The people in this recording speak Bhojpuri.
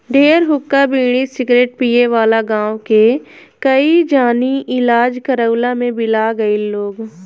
ढेर हुक्का, बीड़ी, सिगरेट पिए वाला गांव के कई जानी इलाज करवइला में बिला गईल लोग